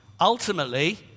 Ultimately